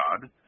God